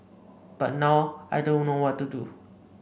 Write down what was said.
but now I don't know what to do